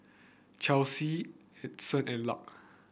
Chelsea Adyson and Lark